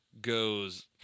goes